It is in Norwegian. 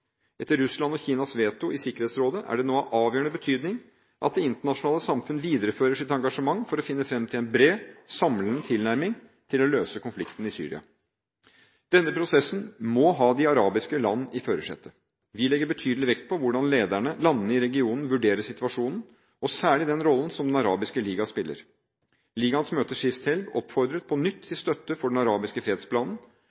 Etter Russlands og Kinas veto i Sikkerhetsrådet er det nå av avgjørende betydning at det internasjonale samfunnet viderefører sitt engasjement for å finne fram til en bred, samlende tilnærming for å løse konflikten i Syria. Denne prosessen må ha de arabiske land i førersetet. Vi legger betydelig vekt på hvordan landene i regionen vurderer situasjonen, og særlig den rollen som Den arabiske liga spiller. Ligaens møter sist helg oppfordret på nytt